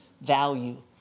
value